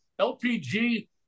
LPG